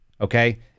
okay